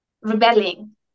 rebelling